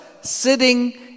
sitting